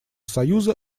союза